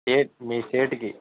state మీ state కి